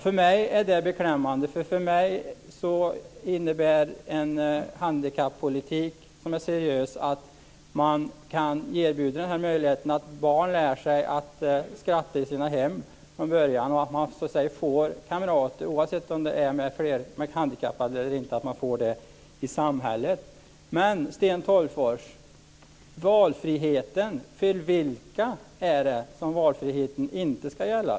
För mig är det beklämmande, därför att för mig innebär en handikappolitik som är seriös att man kan erbjuda möjligheter så att barn lär sig skratta i sina hem från början och att man får kamrater, oavsett om de är handikappade eller inte, i samhället. Sten Tolgfors! Valfriheten; för vilka är det som valfriheten inte ska gälla?